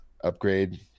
upgrade